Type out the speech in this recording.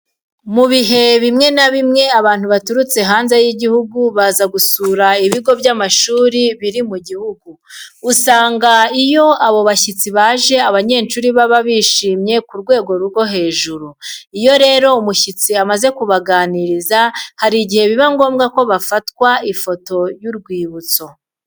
Mu bihe bimwe na bimwe abantu baturutse hanze y'igihugu baza gusura ibigo by'amashuri biri mu gihugu. Usanga iyo abo bashyitsi baje abanyeshuri baba bashimiye ku rwego rwo hejuru. Iyo rero umushyitsi amaze kubaganirirza hari igihe biba ngombwa ko hafatwa ifoto y'urwibutso.